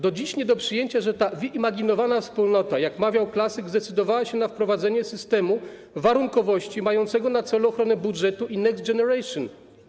Do dziś jest nie do przyjęcia, że ta wyimaginowana wspólnota, jak mawiał klasyk, zdecydowała się na wprowadzenie systemu warunkowości mającego na celu ochronę budżetu i next generation.